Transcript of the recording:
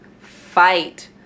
fight